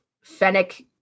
Fennec